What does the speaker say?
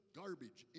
garbage